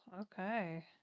okay